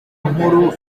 nkuru